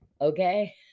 Okay